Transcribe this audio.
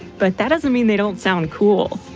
but that doesn't mean they don't sound cool.